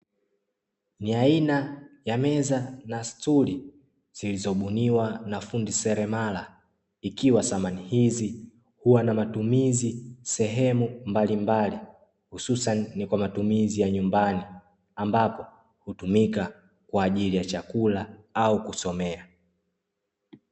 Ni aina ya meza na stuli zilizobuniwa na fundi seremala, ikiwa samani hizi huwa na matumizi sehemu mbalimbali, hususani kwa matumizi ya nyumbani ambapo hutumika kwa ajili ya chakula au kusomea.